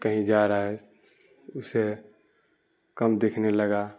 کہیں جا رہا ہے اسے کم دکھنے لگا